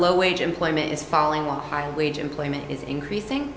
low wage employment is falling on my wage employment is increasing